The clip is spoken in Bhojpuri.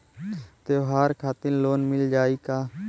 त्योहार खातिर लोन मिल जाई का?